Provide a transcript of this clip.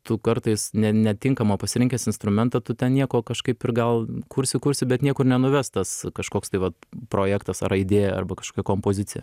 tu kartais ne netinkamą pasirinkęs instrumentą tu ten nieko kažkaip ir gal kursi kursi bet niekur nenuves tas kažkoks tai vat projektas ar idėja arba kažkokia kompozicija